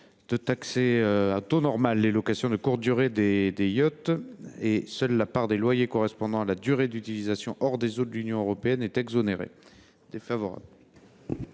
de taxer au taux normal les locations de yachts de courte durée. Seule la part des loyers correspondant à la durée d’utilisation hors des eaux de l’Union européenne est exonérée.